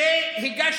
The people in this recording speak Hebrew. ולכן